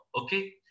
Okay